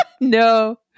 No